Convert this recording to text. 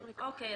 אוקיי.